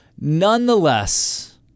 Nonetheless